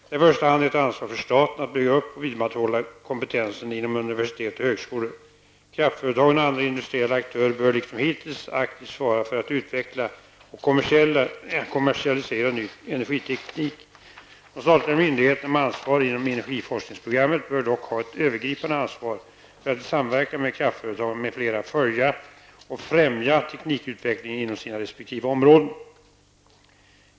Det är i första hand ett ansvar för staten att bygga upp och vidmakthålla kompetensen inom universitet och högskolor. Kraftföretagen och andra industriella aktörer bör liksom hittills aktivt svara för att utveckla och kommersialisera ny energiteknik. De statliga myndigheterna med ansvar inom energiforskningsprogrammet bör dock ha ett övergripande ansvar för att i samverkan med kraftföretagen m.fl. följa och främja teknikutvecklingen inom sina resp. områden.